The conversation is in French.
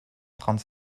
trente